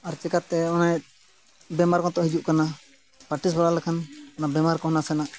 ᱟᱨ ᱪᱤᱠᱟᱹᱛᱮ ᱚᱱᱮ ᱵᱮᱢᱟᱨ ᱠᱚᱦᱚᱸ ᱛᱚ ᱦᱤᱡᱩᱜ ᱠᱟᱱᱟ ᱯᱨᱮᱠᱴᱤᱥ ᱵᱟᱲᱟ ᱞᱮᱠᱷᱟᱱ ᱚᱱᱟ ᱵᱮᱢᱟᱨ ᱠᱚ ᱱᱟᱥᱮᱱᱟᱜ